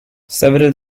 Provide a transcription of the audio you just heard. several